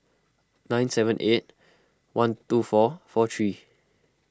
nine seven eight one two four four three